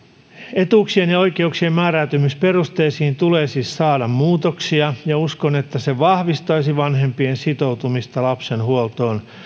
etuuksien ja oikeuksien määräytymisperusteisiin tulee siis saada muutoksia ja uskon että se vahvistaisi vanhempien sitoutumista lapsen huoltoon